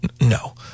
No